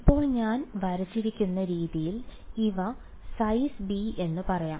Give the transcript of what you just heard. ഇപ്പോൾ ഞാൻ വരച്ചിരിക്കുന്ന രീതിയിൽ ഇവ സൈസ് ബി എന്ന് പറയാം